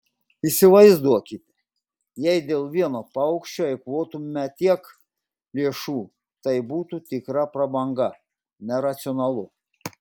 įsivaizduokite jei dėl vieno paukščio eikvotumėme tiek lėšų tai būtų tikra prabanga neracionalu